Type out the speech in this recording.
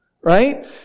right